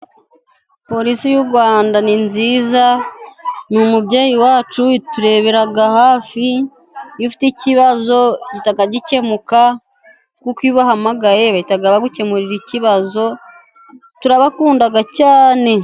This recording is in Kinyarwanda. Polisi y'u Rwanda ni nziza. Ni umubyeyi wacu iturebera hafi ,iyo ufite ikibazo gihita gikemuka ,kuko iyo ubahamagaye, bahita bagukemurira ikibazo . Turabakunda cyane.